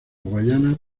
guayana